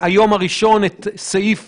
להגיש הצעת